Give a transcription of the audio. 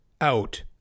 out